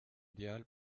idéal